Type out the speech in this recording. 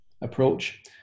approach